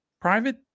private